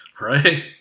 Right